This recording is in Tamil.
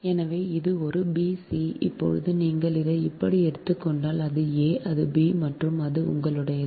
எனவே இது ஒரு b c இப்போது நீங்கள் இதை இப்படி எடுத்துக் கொண்டால் அது a அது b மற்றும் அது உங்களுடையது